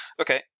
Okay